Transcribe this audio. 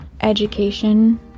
education